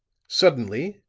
suddenly,